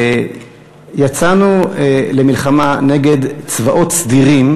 יצאנו למלחמה נגד צבאות סדירים